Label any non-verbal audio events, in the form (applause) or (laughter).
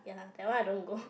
ya that one I don't go (breath)